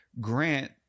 Grant